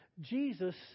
Jesus